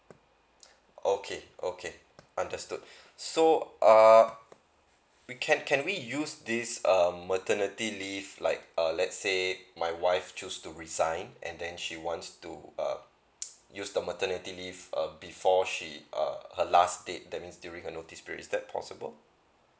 okay okay understood so err we can can we use this uh maternity leave liked uh let say my wife choose to resign and then she wants to uh use the maternity leave uh before she uh her last day that means during a notice period is that possible